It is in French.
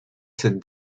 cette